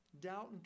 Doubt